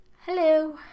Hello